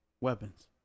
Weapons